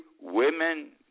women